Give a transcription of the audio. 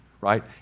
right